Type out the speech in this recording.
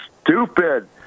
stupid